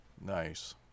Nice